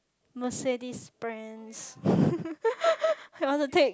Mercedes brands you want to take